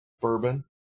bourbon